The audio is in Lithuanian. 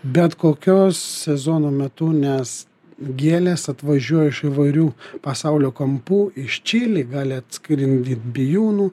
bet kokios sezono metu nes gėlės atvažiuoja iš įvairių pasaulio kampų iš čili gali atskiri vid bijūnų